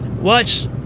Watch